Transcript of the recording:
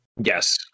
Yes